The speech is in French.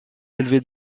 élevé